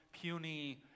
puny